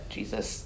Jesus